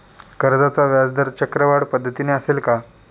कर्जाचा व्याजदर चक्रवाढ पद्धतीने असेल का?